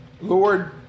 Lord